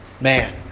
man